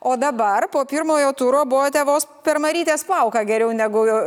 o dabar po pirmojo turo buvote vos per marytės plauką geriau negu